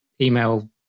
email